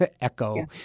echo